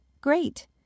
Great